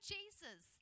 Jesus